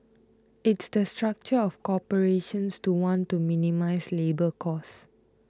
it's the structure of corporations to want to minimise labour costs